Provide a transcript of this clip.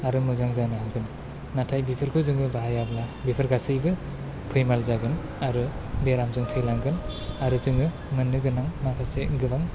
आरो मोजां जानो हागोन नाथाय बेफोरखौ जोङो बाहायाब्ला बेफोर गासैबो फैमाल जागोन आरो बेरामजों थैलांगोन आरो जोङो मोन्नो गोनां माखासे गोबां